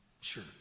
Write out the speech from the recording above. Sure